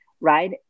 right